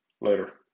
later